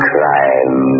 Crime